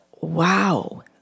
wow